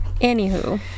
anywho